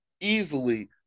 easily